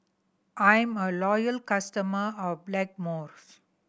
I'm a loyal customer of Blackmores